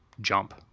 jump